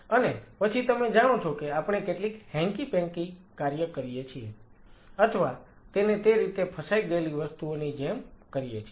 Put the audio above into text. અને પછી તમે જાણો છો કે આપણે કેટલુક હેન્કી પેન્કી કાર્ય કરીએ છીએ અથવા તેને તે રીતે ફસાઈ ગયેલી વસ્તુઓની જેમ કરીએ છીએ